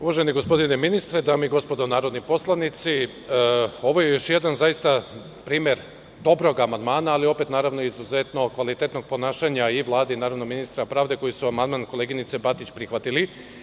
Uvaženi gospodine ministre, dame i gospodo narodni poslanici, ovo je zaista još jedan primer dobrog amandmana, ali opet, naravno, izuzetno kvalitetnog ponašanja i Vlade i naravno ministra pravde, koji su amandman koleginice Batić prihvatili.